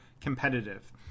Competitive